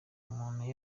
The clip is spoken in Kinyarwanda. umuntu